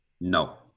No